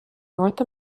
north